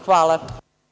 Hvala.